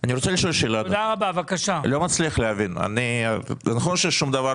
ואני לא אומר שזה נכון כי אני עדיין בתוך הדיונים,